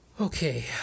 okay